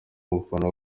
umufana